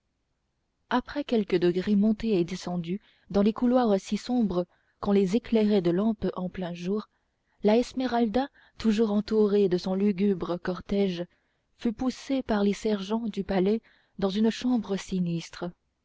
après quelques degrés montés et descendus dans des couloirs si sombres qu'on les éclairait de lampes en plein jour la esmeralda toujours entourée de son lugubre cortège fut poussée par les sergents du palais dans une chambre sinistre